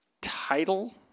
title